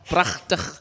Prachtig